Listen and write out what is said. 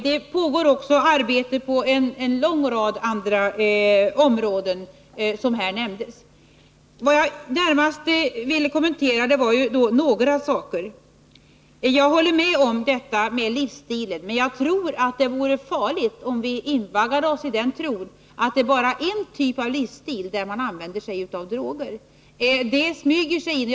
Det pågår också arbete på en lång rad andra områden som här nämndes. Vad jag närmast vill kommentera var några saker. Jag håller med om det Sten Svensson sade om livsstilen, men det vore farligt om vi invaggade oss i tron att det är bara en typ av livsstil som innefattar att man använder sig av droger.